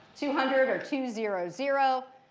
two hundred or two, zero, zero.